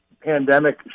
pandemic